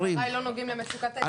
דבריי לא נוגעים למצוקת היישוב.